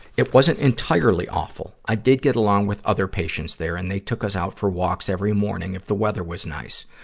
it wasn't entirely awful. i did get along with other patients there and they took us out for walks every morning, if the weather was nice.